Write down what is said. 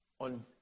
on